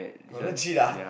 legit ah